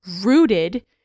rooted